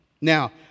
Now